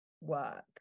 work